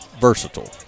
versatile